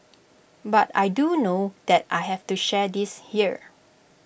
but I do know that I have to share this here